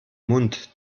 mund